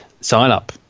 sign-up